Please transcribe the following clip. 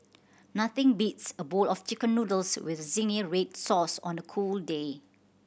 nothing beats a bowl of Chicken Noodles with zingy red sauce on a cold day